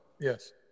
yes